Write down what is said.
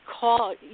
Call